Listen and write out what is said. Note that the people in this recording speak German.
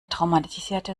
traumatisierte